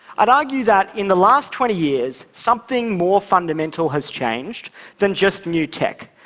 i'd argue that in the last twenty years, something more fundamental has changed than just new tech.